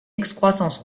excroissance